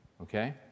Okay